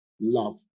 love